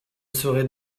serai